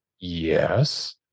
Yes